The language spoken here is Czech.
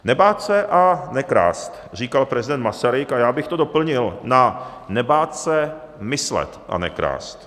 Nebát se a nekrást, říkal prezident Masaryk, a já bych to doplnil na nebát se myslet a nekrást.